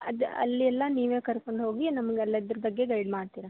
ಅದು ಅಲ್ಲಿ ಎಲ್ಲ ನೀವೇ ಕರ್ಕೊಂಡು ಹೋಗಿ ನಮ್ಗಲ್ಲಿ ಅದ್ರ ಬಗ್ಗೆ ಗೈಡ್ ಮಾಡ್ತೀರಾ